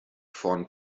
von